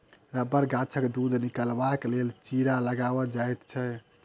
रबड़ गाछसँ दूध निकालबाक लेल चीरा लगाओल जाइत छै